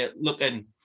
looking